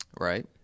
Right